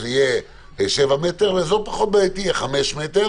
יהיו שבעה מטרים